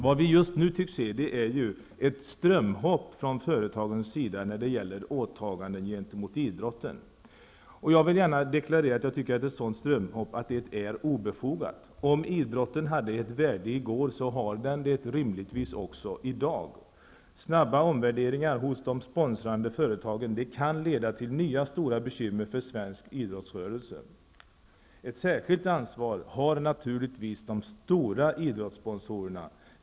Vad vi just nu tycks se är ett strömhopp från företagens sida när det gäller åtaganden gentemot idrotten. Ett sådant strömhopp är obefogat. Om idrotten hade ett värde i går, så har den det rimligtvis också i dag. Snabba omvärderingar hos de sponsrande företagen kan leda till nya stora bekymmer för svensk idrottsrörelse. Ett särskilt ansvar har naturligtvis de stora idrottssponsorerna.